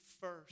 first